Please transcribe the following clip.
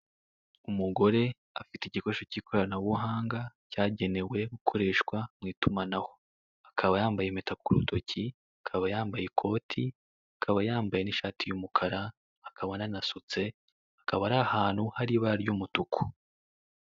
Umugore afite igikoresho cy'ikoranabuhanga cyagenewe gukoreshwa mu itumanaho, akaba yambaye impeta ku rutoki, akaba yambaye ikoti, akaba yambaye n'ishati y'umukara, akaba anasutse, akaba ari ahantu hari ibara ry'umutuku.